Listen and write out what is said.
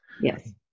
yes